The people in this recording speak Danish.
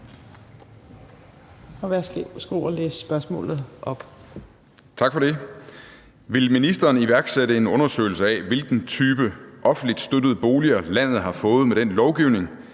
Værsgo at læse spørgsmålet op.